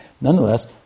nonetheless